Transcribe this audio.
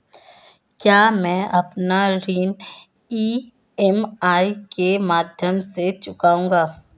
क्या मैं अपना ऋण ई.एम.आई के माध्यम से चुकाऊंगा?